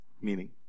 Meaning